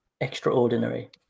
extraordinary